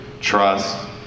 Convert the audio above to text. Trust